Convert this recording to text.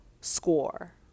score